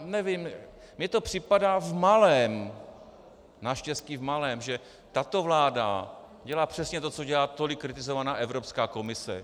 Nevím, mně to připadá, naštěstí v malém, že tato vláda dělá přesně to, co dělá tolik kritizovaná Evropská komise.